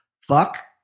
Fuck